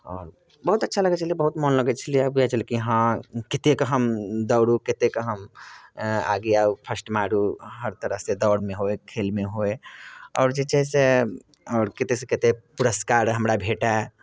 आओर बहुत अच्छा लगै छलै बहुत मोन लगै छलैए बुझाइ छलै कि हँ कतेक हम दौड़ू कतेक हम आगे आउ फर्स्ट मारू हर तरहसँ दौड़मे होइ खेलमे होइ आओर जे छै से आओर कतेकसँ कतेक पुरस्कार हमरा भेटय